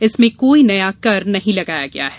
इसमें कोई नया कर नहीं लगाया गया है